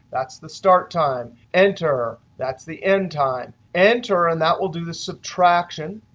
that's the start time. enter, that's the end time. enter, and that will do the subtraction.